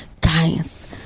guys